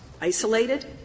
isolated